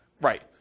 Right